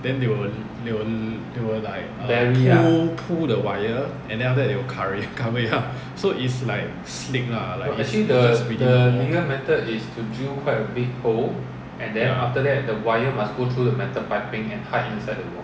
then they will they will they will like err pull the wire then after that they will co~ cover it up so is like sleek lah ya